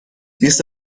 بیست